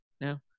now